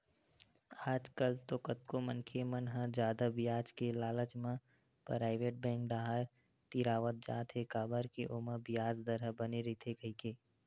आजकल तो कतको मनखे मन ह जादा बियाज के लालच म पराइवेट बेंक डाहर तिरावत जात हे काबर के ओमा बियाज दर ह बने रहिथे कहिके